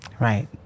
Right